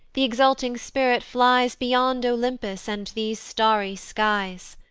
the exulting spirit flies beyond olympus, and these starry skies.